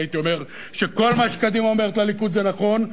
הייתי אומר שכל מה שקדימה אומרת על הליכוד זה נכון,